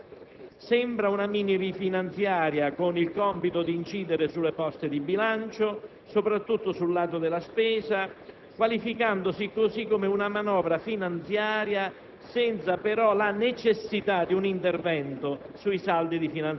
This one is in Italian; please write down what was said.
Il primo, più sintomatico, è la disomogeneità di materia. Sembra una minifinanziaria con il compito di incidere sulle poste di bilancio, soprattutto sul lato della spesa, che si qualifica così come una manovra finanziaria